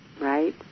Right